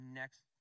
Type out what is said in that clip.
next